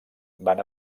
van